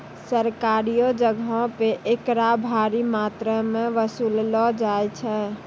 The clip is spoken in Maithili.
सरकारियो जगहो पे एकरा भारी मात्रामे वसूललो जाय छै